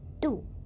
Two